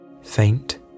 faint